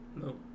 No